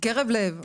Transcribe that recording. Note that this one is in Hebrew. מקרב לב,